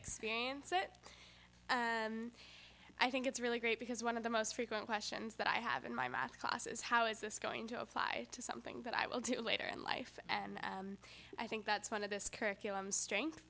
experience it and i think it's really great because one of the most frequent questions that i have in my math class is how is this going to apply to something that i will do later in life and i think that's one of this curriculum strength